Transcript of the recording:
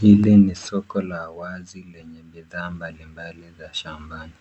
Hili ni soko la wazi lenye bidhaa mbalimbali za shambani.